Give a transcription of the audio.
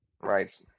Right